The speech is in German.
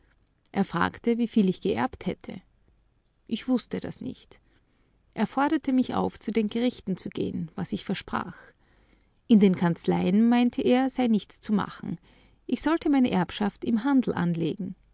er fragte wieviel ich geerbt hätte ich wußte das nicht er forderte mich auf zu den gerichten zu gehen was ich versprach in den kanzleien meinte er sei nichts zu machen ich sollte meine erbschaft im handel anlegen